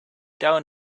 down